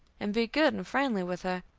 and be good and friendly with her,